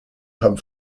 hub